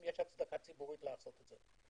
אם יש הצדקה ציבורית לעשות את זה.